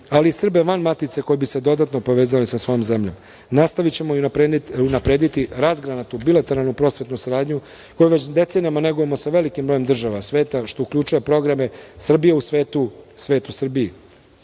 ali i Srbe van matice koje bi se dodatno povezali sa svojom zemljom. Nastavićemo i unaprediti razgranatu bilateralnu prosvetnu saradnju koju već decenijama negujemo sa velikim brojem država sveta, što uključuje programe „Srbija u svetu“ i